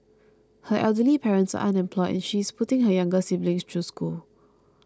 her elderly parents are unemployed and she is putting her younger siblings through school